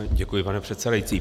Děkuji, pane předsedající.